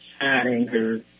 anger